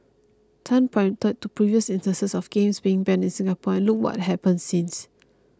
Tan pointed to previous instances of games being banned in Singapore and look what has happened since